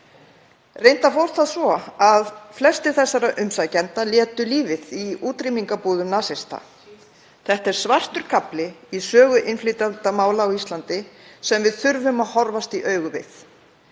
Reyndar fór það svo að flestir þessara umsækjenda létu lífið í útrýmingarbúðum nasista. Þetta er svartur kafli í sögu innflytjendamála á Íslandi sem við þurfum að horfast í augu við.